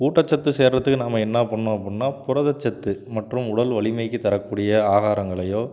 ஊட்டச்சத்து சேர்றதுக்கு நாம் என்ன பண்ணும் அப்புடினா புரதச்சத்து மற்றும் உடல் வலிமைக்கு தரக்கூடிய ஆகாரங்களையோ